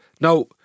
Now